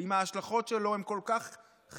ואם ההשלכות שלו הן כל כך חיוביות,